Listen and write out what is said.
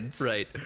right